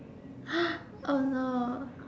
oh no